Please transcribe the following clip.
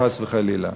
חס וחלילה.